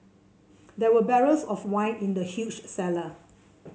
there were barrels of wine in the huge cellar